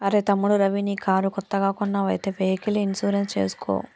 అరెయ్ తమ్ముడు రవి నీ కారు కొత్తగా కొన్నావ్ అయితే వెహికల్ ఇన్సూరెన్స్ చేసుకో